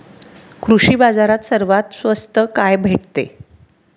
कृषी बाजारात सर्वात स्वस्त काय भेटते?